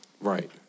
Right